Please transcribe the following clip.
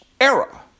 era